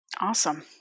Awesome